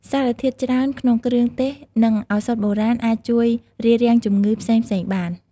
សារធាតុច្រើនក្នុងគ្រឿងទេស និងឱសថបុរាណអាចជួយរារាំងជម្ងឺផ្សេងៗបាន។